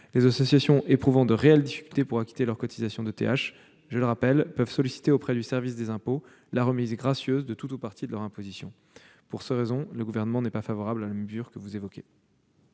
Les associations éprouvant de réelles difficultés pour acquitter leur cotisation de taxe d'habitation peuvent, je le rappelle, solliciter auprès du service des impôts la remise gracieuse de tout ou partie de leurs impositions. Pour ces raisons, le Gouvernement n'est pas favorable à la mesure que vous évoquez.